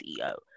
CEO